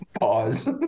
Pause